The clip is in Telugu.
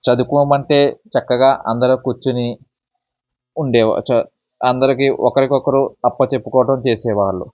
చదువుకోమంటే చక్కగా అందరూ కూర్చొని ఉండే వా చ అందరికి ఒకరికొకరు అప్పచెప్పుకోవటం చేసేవాళ్ళు